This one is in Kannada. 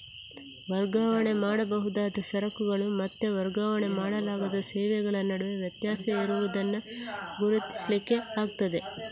ವರ್ಗಾವಣೆ ಮಾಡಬಹುದಾದ ಸರಕುಗಳು ಮತ್ತೆ ವರ್ಗಾವಣೆ ಮಾಡಲಾಗದ ಸೇವೆಗಳ ನಡುವೆ ವ್ಯತ್ಯಾಸ ಇರುದನ್ನ ಗುರುತಿಸ್ಲಿಕ್ಕೆ ಆಗ್ತದೆ